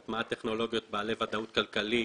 הטמעת טכנולוגיות בעלי ודאות כלכלית